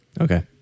Okay